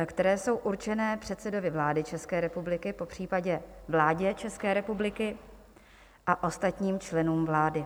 které jsou určené předsedovi vlády České republiky, popřípadě vládě České republiky a ostatním členům vlády.